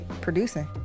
producing